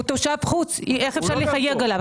הוא תושב חוץ, איך אפשר לחייג אליו?